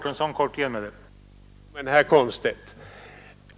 Herr talman!